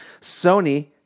Sony